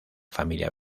familia